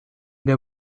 der